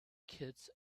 kids